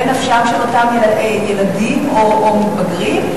בנפשם של אותם ילדים או מתבגרים,